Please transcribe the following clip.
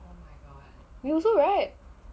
you also right